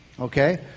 Okay